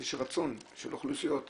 יש רצון של אוכלוסיות,